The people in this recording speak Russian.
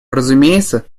разумеется